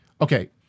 Okay